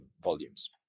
volumes